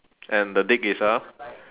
and the is a